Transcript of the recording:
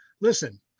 listen